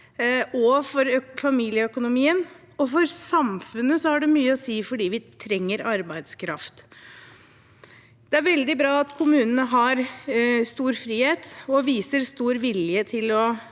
og familieøkonomien, og for samfunnet har det mye å si fordi vi trenger arbeidskraft. Det er veldig bra at kommunene har stor frihet og viser stor vilje til å